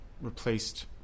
replaced